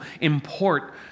import